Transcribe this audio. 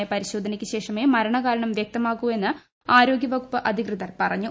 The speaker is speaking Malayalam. വിശദമായ പരിശോധനക്ക് ശേഷമേ മരണകാരണം വ്യക്തമാകൂ എന്ന് ആരോഗ്യവകുപ്പ് അധികൃതർ പറഞ്ഞു